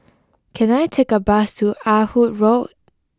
can I take a bus to Ah Hood Road